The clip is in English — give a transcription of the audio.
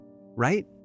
right